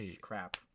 crap